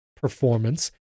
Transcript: performance